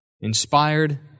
inspired